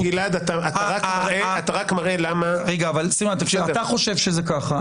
--- אתה רק מראה למה --- אתה חושב שזה ככה.